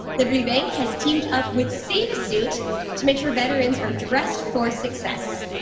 liberty bank has teamed up with save a suit to make sure veterans are dressed for success.